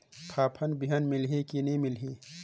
फाफण बिहान मिलही की नी मिलही?